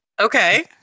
Okay